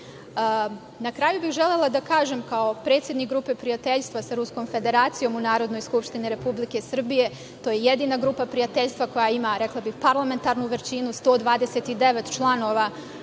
kraju bih želela da kažem, kao predsednik Grupe prijateljstva sa Ruskom federacijom u Narodnoj skupštini Republike Srbije, to je jedina Grupa prijateljstva koja ima, rekla bih, parlamentarnu većinu, 129 članova